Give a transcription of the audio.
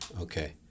Okay